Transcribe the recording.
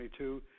2022